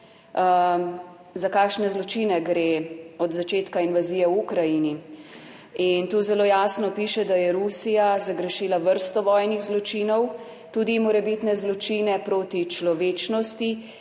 za kakšne zločine gre od začetka invazije v Ukrajini in tu zelo jasno piše, da je Rusija zagrešila vrsto vojnih zločinov, tudi morebitne zločine proti človečnosti,